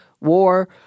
War